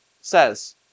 says